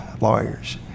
lawyers